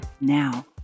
now